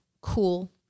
cool